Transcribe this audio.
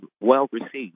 well-received